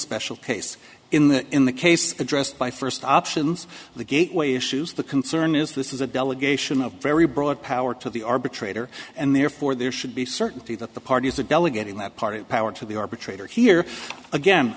special case in the in the case addressed by first options the gateway issues the concern is this is a delegation of very broad powers to the arbitrator and therefore there should be certainty that the parties are delegating that party power to the arbitrator here again